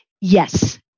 Yes